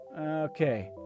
Okay